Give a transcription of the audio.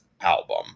Album